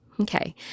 okay